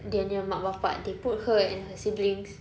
dia nya mak bapa they put her and her siblings